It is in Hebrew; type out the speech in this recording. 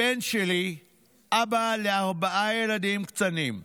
הבן שלי אבא לארבעה ילדים קטנים,